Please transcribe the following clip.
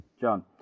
John